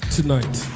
Tonight